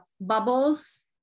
bubbles